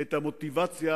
את המוטיבציה